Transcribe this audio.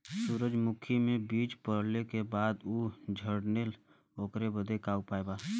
सुरजमुखी मे बीज पड़ले के बाद ऊ झंडेन ओकरा बदे का उपाय बा?